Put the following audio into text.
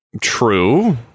True